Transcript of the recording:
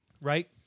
Right